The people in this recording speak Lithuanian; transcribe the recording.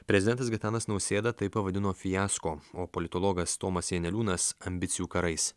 prezidentas gitanas nausėda tai pavadino fiasko o politologas tomas janeliūnas ambicijų karais